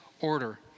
order